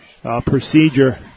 procedure